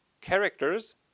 characters